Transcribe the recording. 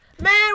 man